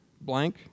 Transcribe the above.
blank